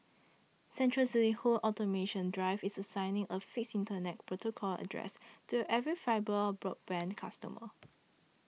central to its home automation drive is assigning a fixed Internet protocol address to every fibre broadband customer